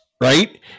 right